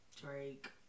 Drake